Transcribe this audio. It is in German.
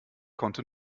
konnte